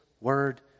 word